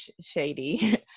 shady